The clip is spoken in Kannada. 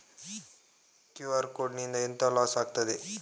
ಕ್ಯೂ.ಆರ್ ಕೋಡ್ ನಿಂದ ಎಂತ ಲಾಸ್ ಆಗ್ತದೆ?